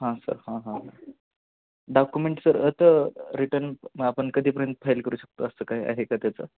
हां सर हां हां डॉक्युमेंट सर तर रिटर्न आपण कधीपर्यंत फाईल करू शकतो असं काय आहे का त्याचं